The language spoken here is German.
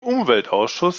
umweltausschuss